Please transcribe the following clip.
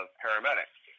paramedics